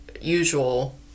usual